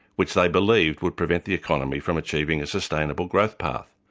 which they believed would prevent the economy from achieving a sustainable growth path.